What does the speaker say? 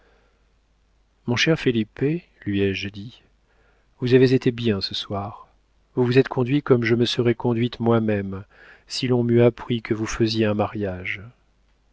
mon cher felipe lui ai-je dit vous avez été bien ce soir vous vous êtes conduit comme je me serais conduite moi-même si l'on m'eût appris que vous faisiez un mariage